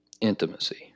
intimacy